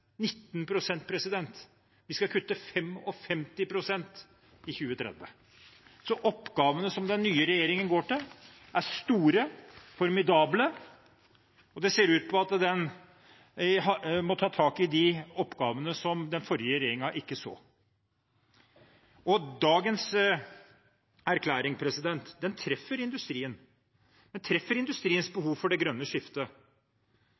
Vi skal kutte 55 pst. i 2030. Så oppgavene som den nye regjeringen går til, er store – formidable – og det ser ut til at den må ta tak i de oppgavene som den forrige regjeringen ikke så. Dagens erklæring treffer industrien. Den treffer industriens behov for det grønne skiftet.